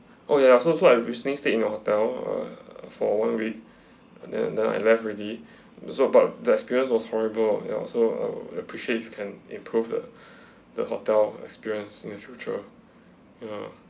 oh ya so so I recently stayed in your hotel or for one week and then and then I left already it's about the experience was horrible and also appreciate if you can improve the the hotel experience in the future ya